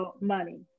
money